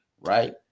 right